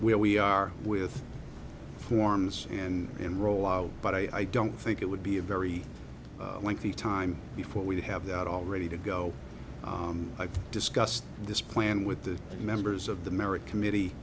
where we are with forms and in roll out but i don't think it would be a very lengthy time before we have that all ready to go i've discussed this plan with the members of the marriage committee